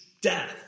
death